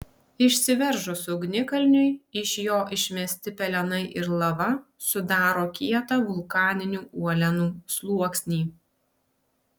išsiveržus ugnikalniui iš jo išmesti pelenai ir lava sudaro kietą vulkaninių uolienų sluoksnį